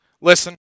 Listen